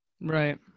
Right